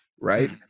right